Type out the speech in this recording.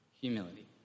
humility